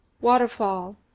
waterfall